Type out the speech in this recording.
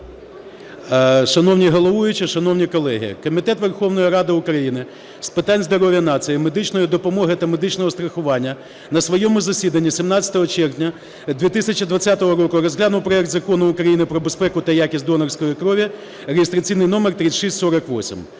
Шановний головуючий, шановні колеги, Комітет Верховної Ради України з питань здоров'я нації, медичної допомоги та медичного страхування на своєму засіданні 17 червня 2020 року розглянув проект Закону України про безпеку та якість донорської крові (реєстраційний номер 3648).